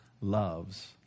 loves